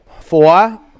Four